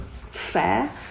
fair